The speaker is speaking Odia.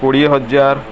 କୋଡ଼ିଏ ହଜାର